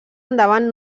endavant